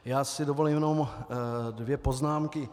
Já si dovolím jenom dvě poznámky.